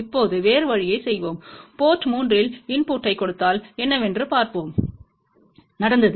இப்போது வேறு வழியைச் செய்வோம் போர்ட் 3 இல் இன்புட்டைக் கொடுத்தால் என்னவென்று பார்ப்போம் நடந்தது